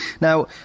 Now